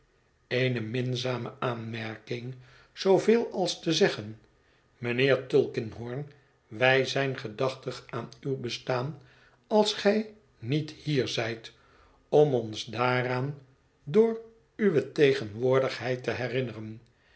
eene minzame aanmerking zooveel als te zeggen mijnheer tulkinghorn wij zijn gedachtig aan uw bestaan als gij niet hier zijt om ons daaraan door uwe tegenwoordigheid te herinneren